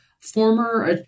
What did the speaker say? former